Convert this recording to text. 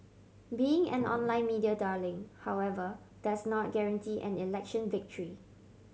being an online media darling however does not guarantee an election victory